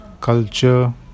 culture